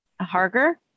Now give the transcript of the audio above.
Harger